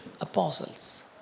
apostles